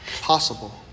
possible